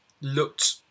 looked